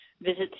visit